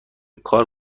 کار